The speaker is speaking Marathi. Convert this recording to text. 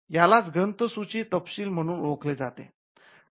यालाच ग्रंथसूची तपशील म्हणून ओळखले जाते